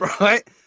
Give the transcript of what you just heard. right